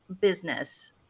business